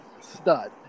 Stud